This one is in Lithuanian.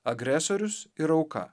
agresorius ir auka